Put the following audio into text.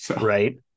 Right